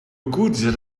good